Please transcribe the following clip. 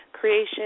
creation